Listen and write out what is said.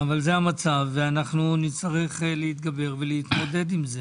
אבל זה המצב ואנחנו נצטרך להתגבר ולהתמודד עם זה.